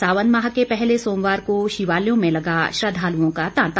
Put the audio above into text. सावन माह के पहले सोमवार को शिवालयों में लगा श्रद्धालुओं का तांता